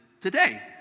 today